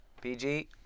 PG